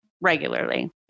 regularly